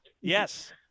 Yes